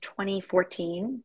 2014